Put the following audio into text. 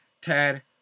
Ted